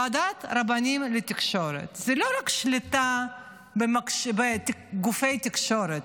ועדת רבנים לתקשורת זה לא רק שליטה בגופי תקשורת,